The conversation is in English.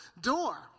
door